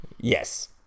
Yes